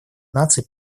наций